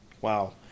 Wow